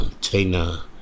china